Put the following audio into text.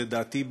לדעתי,